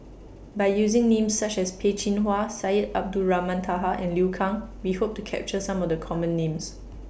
By using Names such as Peh Chin Hua Syed Abdulrahman Taha and Liu Kang We Hope to capture Some of The Common Names